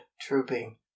trooping